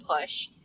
push